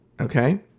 Okay